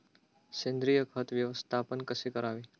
सेंद्रिय खत व्यवस्थापन कसे करावे?